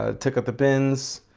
ah took out the bins,